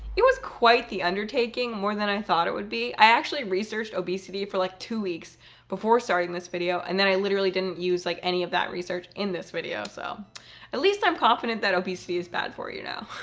it was quite the undertaking, more than i thought it would be. i actually researched obesity for like two weeks before starting this video, and then i literally didn't use like any of that research in this video. so at least i'm confident that obesity is bad for you now.